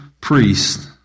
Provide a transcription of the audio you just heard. priest